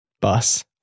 bus